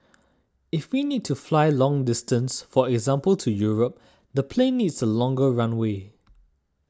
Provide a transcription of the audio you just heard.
if we need to fly long distance for example to Europe the plane needs a longer runway